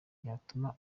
byatuma